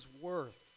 worth